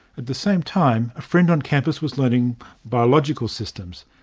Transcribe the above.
at the same time, a friend on campus was learning biological systems.